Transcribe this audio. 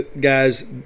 Guys